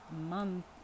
month